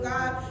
God